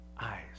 eyes